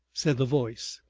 said the voice,